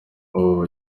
ubu